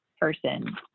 person